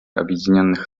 объединенных